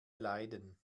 leiden